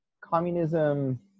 communism